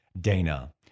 Dana